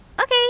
okay